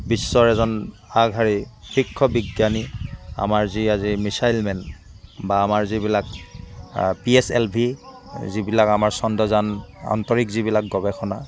বিশ্বৰ এজন আগশাৰী শীৰ্ষ বিজ্ঞানী আমাৰ যি আজি মিছাইল মেন বা আমাৰ যিবিলাক পি এছ এল ভি যিবিলাক আমাৰ চন্দ্ৰযান আত্নৰীক্ষ যিবিলাক গৱেষণা